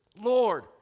Lord